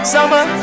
Summer